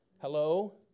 Hello